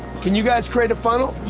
can you guys create a funnel?